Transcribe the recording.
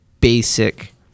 basic